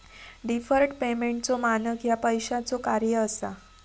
deferred पेमेंटचो मानक ह्या पैशाचो कार्य असा